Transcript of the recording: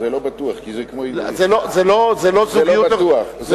זה לא בטוח, כי זה כמו, זה לא בטוח, זה לא בטוח.